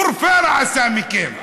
פורפרה עשה מכם.